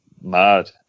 mad